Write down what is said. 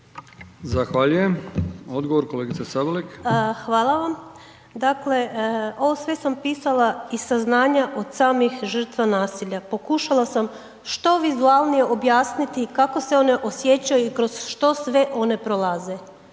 **Sabolek, Snježana (Živi zid)** Hvala vam, dakle ovo sve sam pisala iz saznanja od samih žrtva nasilja, pokušala sam što vizualnije objasniti kako se one osjećaju i kroz što sve one prolaze.